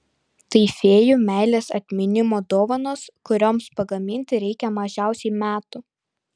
tai fėjų meilės atminimo dovanos kurioms pagaminti reikia mažiausiai metų